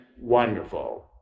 wonderful